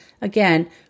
Again